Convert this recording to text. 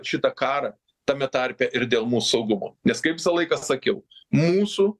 šitą karą tame tarpe ir dėl mūs saugumo nes kaip visą laiką sakiau mūsų